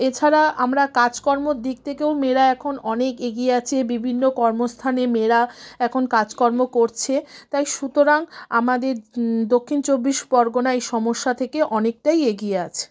এছাড়া আমরা কাজকর্মর দিক থেকেও মেয়েরা এখন অনেক এগিয়ে আছে বিভিন্ন কর্মস্থানে মেয়েরা এখন কাজকর্ম করছে তাই সুতরাং আমাদের দক্ষিণ চব্বিশ পরগনা এই সমস্যা থেকে অনেকটাই এগিয়ে আছে